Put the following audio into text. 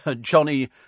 Johnny